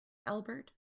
albert